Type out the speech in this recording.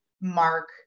mark